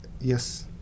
Yes